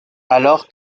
alors